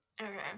Okay